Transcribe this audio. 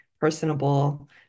personable